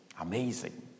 Amazing